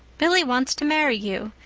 billy wants to marry you.